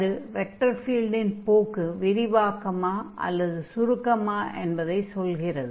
அது வெக்டர் ஃபீல்டின் போக்கு விரிவாக்கமா அல்லது சுருக்கமா என்பதைச் சொல்கிறது